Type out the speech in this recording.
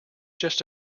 just